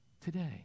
today